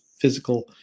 physical